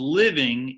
living